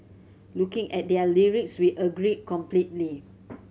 looking at their lyrics we agree completely